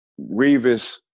Revis